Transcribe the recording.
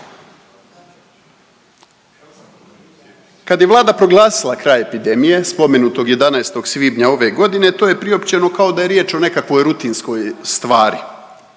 Kad je Vlada proglasila kraj epidemije spomenutog 11. svibnja ove godine to je priopćeno kao da je riječ o nekakvoj rutinskoj stvari.